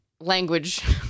language